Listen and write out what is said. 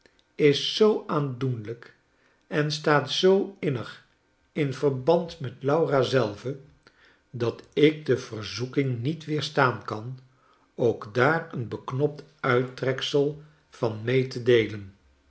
is zoo aandoenlijk en staat zoo innig in verband met laura zelve dat ik de verzoeking niet weerstaan kan ook daar een beknopt uittreksel van mee te deelen